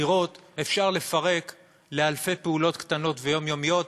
וכבירות אפשר לפרק לאלפי פעולות קטנות ויומיומיות,